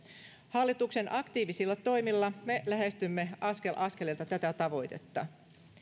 hallituksen aktiivisilla toimilla me lähestymme askel askeleelta tätä tavoitetta